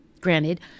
Granted